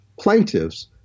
plaintiffs